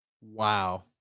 Wow